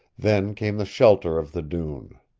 then came the shelter of the dune.